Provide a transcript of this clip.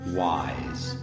wise